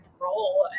role